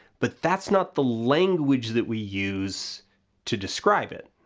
but that's not the language that we use to describe it.